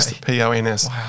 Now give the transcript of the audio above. P-O-N-S